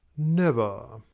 never.